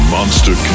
Monster